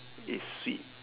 it's sweet